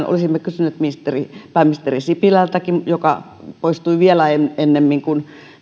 olisimme kysyneet pääministeri sipilältäkin joka poistui vielä ennemmin kuin